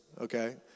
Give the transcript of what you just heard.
okay